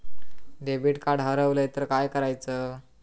Debit card हरवल तर काय करायच?